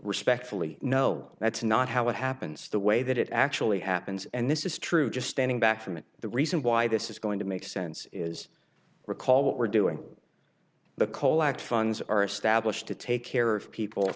respectfully no that's not how it happens the way that it actually happens and this is true just standing back from it the reason why this is going to make sense is recall what we're doing the coal act funds are established to take care of people